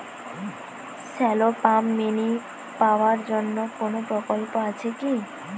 Shallow pump mini power জন্য কোনো প্রকল্প আছে কি?